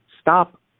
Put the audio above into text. Stop